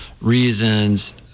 reasons